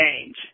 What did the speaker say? change